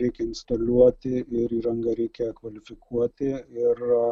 reikia instaliuoti ir įrangą reikia kvalifikuoti ir